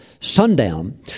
sundown